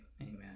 amen